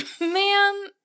Man